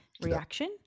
reaction